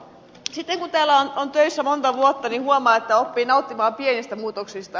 kun täällä on töissä monta vuotta niin huomaa että oppii nauttimaan pienistä muutoksista